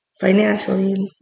financially